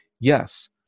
Yes